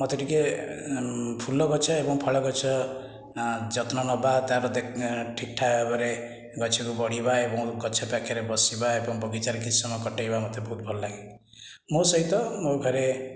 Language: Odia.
ମୋତେ ଟିକିଏ ଫୁଲ ଗଛ ଏବଂ ଫଳ ଗଛ ଯତ୍ନ ନେବା ତାର ଦେଖ ଠିକ୍ ଠାକ୍ ଭାବରେ ଗଛକୁ ବଢ଼ିବା ଏବଂ ଗଛ ପାଖରେ ବସିବା ଏବଂ ବଗିଚାରେ କିଛି ସମୟ କଟେଇବା ମୋତେ ବହୁତ ଭଲ ଲାଗେ ମୋ ସହିତ ମୋ ଘରେ